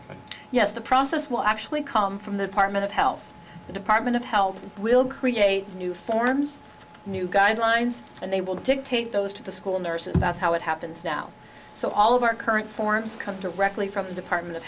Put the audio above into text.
more yes the process will actually come from the department of health the department of health will create new forms new guidelines and they will dictate those to the school nurses that's how it happens now so all of our current forms come directly from the department of